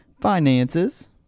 finances